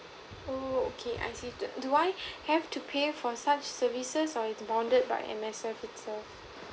oo okay I see okay do do I have to pay for such services or it's bounded by M_S_F itself